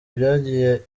byagiye